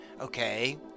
okay